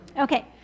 Okay